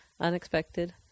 Unexpected